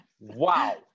Wow